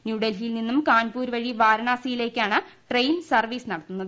ന്യൂഡൽഹിയിൽ നിന്നും കാൺപൂർ വഴി വാരണാസിയിലേക്കാണ് ട്രെയിൻ സർപ്പീസ് നടത്തുന്നത്